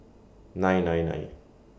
nine nine nine